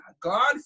God